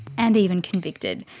and even convicted.